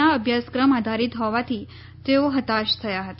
ના અભ્યાસક્રમ આધારિત હોવાથી તેઓ હતાશ થયા હતા